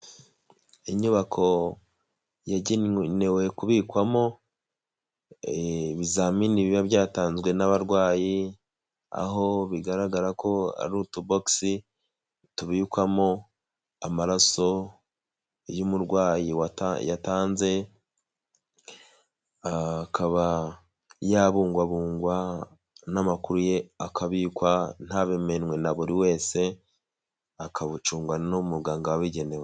Inyubako yagenewe kubikwamo ibizamini biba byatanzwe n'abarwayi, aho bigaragara ko ari utubokisi tubikwamo amaraso y'umurwayi yatanze. Akaba yabungwabungwa n'amakuru ye akabikwa ntabemenwe na buri wese, akabucungwa n' muganga wabigenewe.